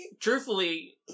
Truthfully